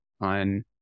on